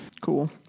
cool